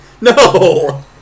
No